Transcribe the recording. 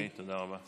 אוקיי, תודה רבה.